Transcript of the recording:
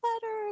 better